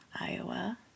Iowa